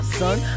son